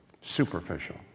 superficial